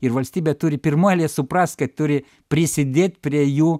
ir valstybė turi pirmoj eilėj suprast kad turi prisidėti prie jų